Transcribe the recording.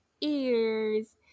ears